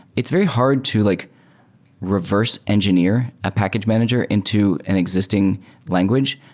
it's very hard to like reverse engineer a package manager into an existing language.